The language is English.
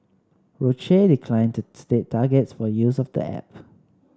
Roche declined to state targets for use of the app